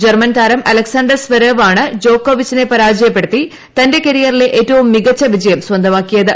German താരം Alexander Zverev ആണ് ജോകോവിച്ചിനെ പരാജയപ്പെടുത്തി തന്റെ കരിയറിലെ ഏറ്റവും മികച്ച വിജയം സ്വന്തമാക്കിയത്